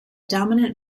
dominant